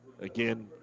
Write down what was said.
Again